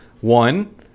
One